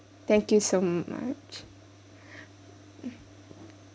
thank you so much mm